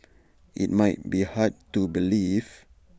IT might be hard to believe